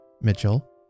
Mitchell